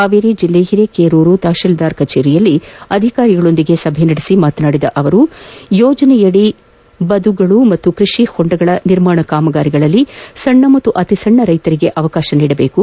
ಹಾವೇರಿ ಜಿಲ್ಲೆಯ ಹಿರೇಕೇರೂರು ತಹತೀಲ್ದಾರ್ ಕಚೇರಿಯಲ್ಲಿ ಅಧಿಕಾರಿಗಳೊಡನೆ ಸಭೆ ನಡೆಸಿ ಮಾತನಾಡಿದ ಅವರು ಯೋಜನೆಯಡಿ ಬದುಗಳು ಮತ್ತು ಕೃಷಿ ಹೊಂಡ ನಿರ್ಮಾಣ ಕಾಮಗಾರಿಗಳಲ್ಲಿ ಸಣ್ಣ ಹಾಗೂ ಅತಿಸಣ್ಣ ರೈತರಿಗೆ ಅವಕಾಶ ನೀಡಬೇಕು